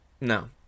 No